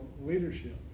leadership